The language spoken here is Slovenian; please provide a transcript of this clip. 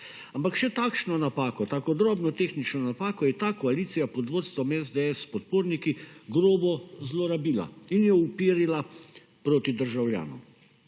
ampak še takšno napako, tako drobno tehnično napako, je ta koalicija pod vodstvom SDS s podporniki grobo zlorabila in jo uperila proti državljanom.